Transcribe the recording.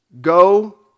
Go